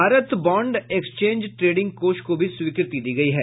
Bharat bond exchange trading कोष को भी स्वीकृति दी गई है